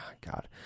god